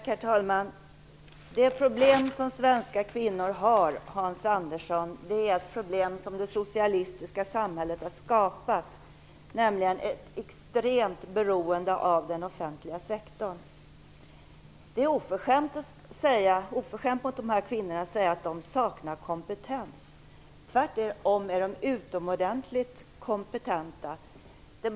Herr talman! Det problem som svenska kvinnor har, Hans Andersson, har det socialistiska samhället skapat. Det gäller nämligen ett extremt beroende av den offentliga sektorn. Det är oförskämt mot dessa kvinnor att säga att de saknar kompetens. Tvärtom är de utomordentligt kompetenta.